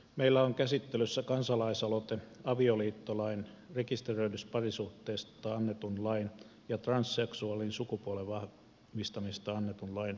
meillä on käsittelyssä kansalaisaloite avioliittolain rekisteröidystä parisuhteesta annetun lain ja transseksuaalin sukupuolen vahvistamisesta annetun lain muuttamisesta